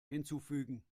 hinzufügen